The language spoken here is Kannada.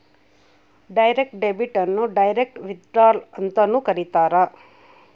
ಡೈರೆಕ್ಟ್ ಡೆಬಿಟ್ ಅನ್ನು ಡೈರೆಕ್ಟ್ ವಿತ್ಡ್ರಾಲ್ ಅಂತನೂ ಕರೀತಾರ